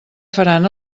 faran